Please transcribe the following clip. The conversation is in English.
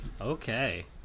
Okay